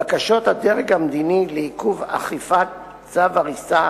בקשות הדרג המדיני לעיכוב אכיפת צו הריסה